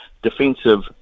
defensive